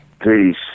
Peace